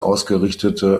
ausgerichtete